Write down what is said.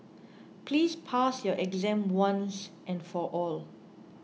please pass your exam once and for all